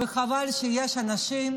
וחבל שיש אנשים,